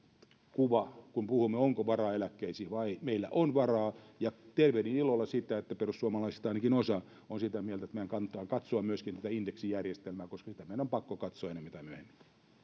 kuva kun puhumme siitä onko varaa eläkkeisiin meillä on varaa ja tervehdin ilolla sitä että perussuomalaisista ainakin osa on sitä mieltä että meidän kannattaa katsoa myöskin tätä indeksijärjestelmää koska sitä meidän on pakko katsoa ennemmin tai myöhemmin